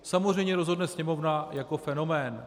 Samozřejmě rozhodne Sněmovna jako fenomén.